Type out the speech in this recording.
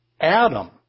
Adam